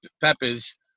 peppers